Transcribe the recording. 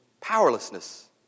powerlessness